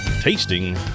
tasting